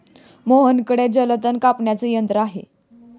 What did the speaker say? मोहनकडे जलतण कापणारे यंत्र आहे